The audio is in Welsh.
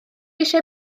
eisiau